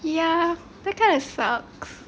ya it kinda sucks